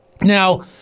Now